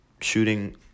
shooting